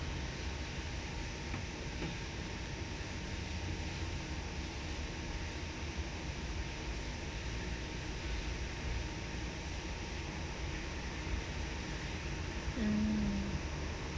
mm